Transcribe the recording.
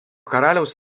karaliaus